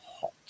hot